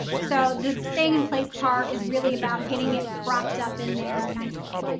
so the staying in place part is really about getting it propped up in there nicely.